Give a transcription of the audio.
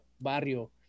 barrio